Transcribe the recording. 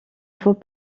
faut